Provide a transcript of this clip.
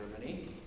Germany